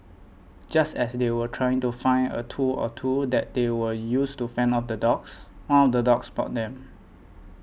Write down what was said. just as they were trying to find a tool or two that they would use to fend off the dogs one of the dogs spotted them